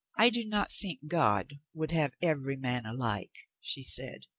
i do not think god would have every man alike, she said.